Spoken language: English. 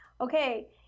okay